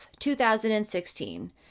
2016